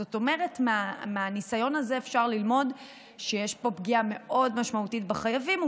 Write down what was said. זאת אומרת מהניסיון הזה אפשר ללמוד שיש פה פגיעה מאוד משמעותית בחייבים,